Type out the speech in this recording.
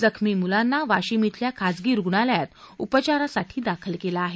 जखमी मुलांना वाशीम इथल्या खासगी रुग्णालयात उपचारासाठी दाखल केलं आहे